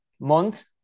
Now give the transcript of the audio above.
month